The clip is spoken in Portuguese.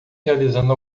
realizando